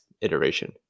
iteration